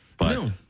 No